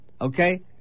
okay